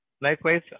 Likewise